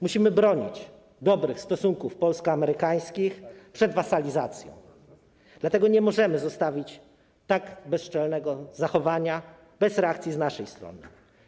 Musimy bronić dobrych stosunków polsko-amerykańskich przed wasalizacją, dlatego nie możemy zostawić tak bezczelnego zachowania bez reakcji z naszej strony.